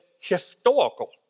historical